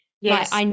Yes